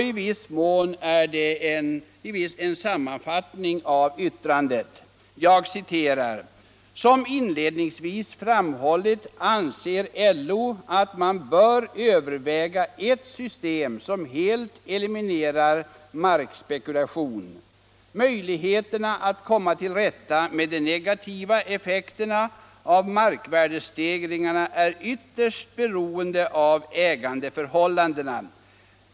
I viss mån är detta en sammanfattning av hela yttrandet: ”Som inledningsvis framhållits anser LO att man bör överväga ett system som helt eliminerar markspekulation. Möjligheterna att komma till rätta med de negativa effekterna av markvärdestegringarna är ytterst beroende av ägandeförhållandena.